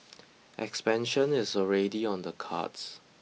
expansion is already on the cards